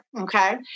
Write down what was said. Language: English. Okay